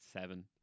seven